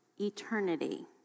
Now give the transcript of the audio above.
eternity